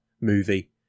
movie